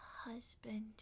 husband